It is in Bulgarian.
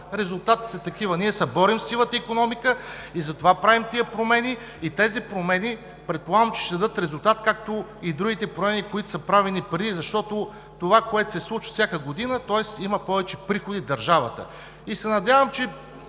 резултатите са такива. Ние се борим със сивата икономика и затова правим тези промени. Тези промени, предполагам, че ще дадат резултат, както и другите промени, които са правени преди, защото това се случва всяка година, тоест има повече приходи в държавата. И се надявам, не